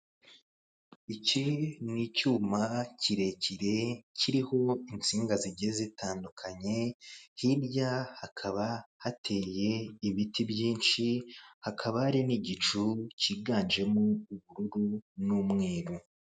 Iki ni icyuma kirekire kiriho insinga zigiye zitandukanye, hirya hakaba hateye ibiti byinshi, hakaba hari n'igicu kiganjemo ubururu n'umweru.